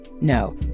No